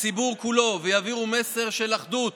הציבור כולו ויעבירו מסר של אחדות